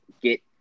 get